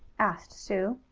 asked sue.